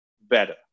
better